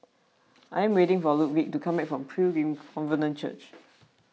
I am waiting for Ludwig to come back from Pilgrim Covenant Church